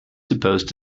supposed